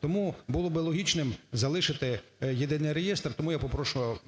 Тому було б логічним залишити єдиний реєстр. Тому я попрошу,